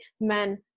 men